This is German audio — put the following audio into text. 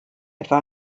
etwa